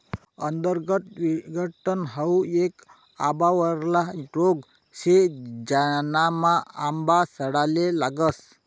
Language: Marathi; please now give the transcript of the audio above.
अंतर्गत विघटन हाउ येक आंबावरला रोग शे, ज्यानामा आंबा सडाले लागस